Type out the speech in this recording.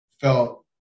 felt